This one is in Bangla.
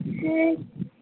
হুম